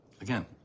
Again